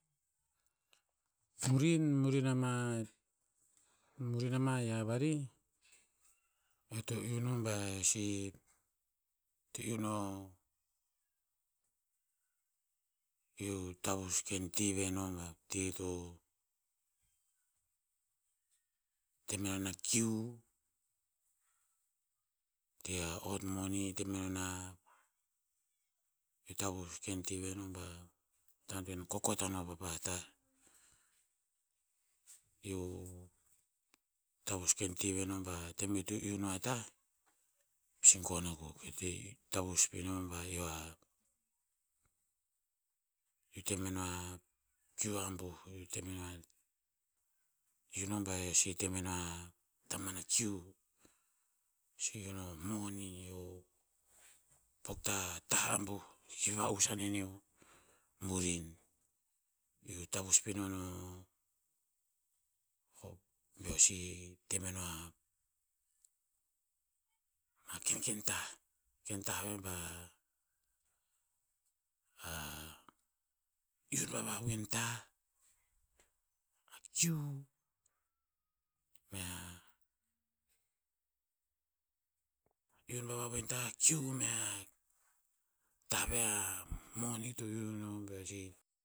Murin, murin ama, murin ama yia varih. Eo to iu no ba eo si, to iu no, iu tavus ken ti ve no ba, ti to te menon a kiu. Ti a ot moni te menon a, iu tavus ken tive no ba, to hikta antoen kokot anon pa pah tah. Iu tavus ken ti ve no ba, tem eo to iu no a tah, pasi gon akuk. Eo to iu tavus pino no ba eo a, iu te meno a kiu a abuh. iu ba eo si te meno a, taman a kiu. moni eo pok ta tah abuh. Ki va'us aneneo urin. Iu tavus pino no, beo si temeno a ma kenken tah. Ken tah ve ba, a iun vavavoen tah, a kiu, mea, iun vavavoen tah kiu mea tah ve a moni eo iu no beo si